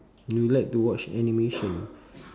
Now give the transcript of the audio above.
you like to watch animation